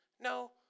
No